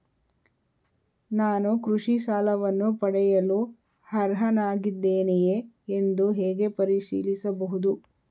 ನಾನು ಕೃಷಿ ಸಾಲವನ್ನು ಪಡೆಯಲು ಅರ್ಹನಾಗಿದ್ದೇನೆಯೇ ಎಂದು ಹೇಗೆ ಪರಿಶೀಲಿಸಬಹುದು?